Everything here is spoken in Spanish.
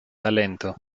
talento